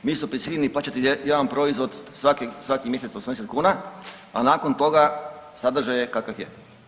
Mi smo prisiljeni plaćati jedan proizvod svaki mjesec 80 kuna, a nakon toga sadržaj je kakav je.